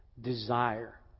desire